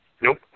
Nope